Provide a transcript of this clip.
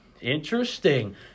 Interesting